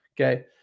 Okay